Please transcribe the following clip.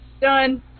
Done